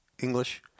English